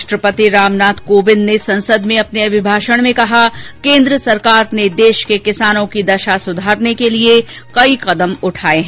राष्ट्रपति रामनाथ कोविंद ने संसद में अपने अभिभाषण में कहा केन्द्र सरकार ने देश के किसानों की दशा सुधारने के लिए कई कदम उठाए हैं